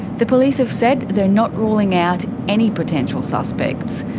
the police have said they're not ruling out any potential suspects.